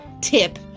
tip